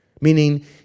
Meaning